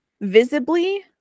visibly